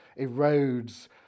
erodes